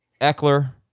Eckler